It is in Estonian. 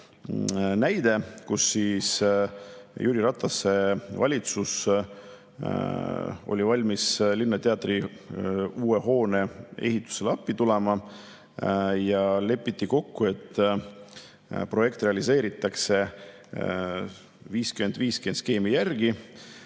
näide. Jüri Ratase valitsus oli valmis linnateatri uue hoone ehitusele appi tulema ja lepiti kokku, et projekt realiseeritakse 50-50-skeemi järgi.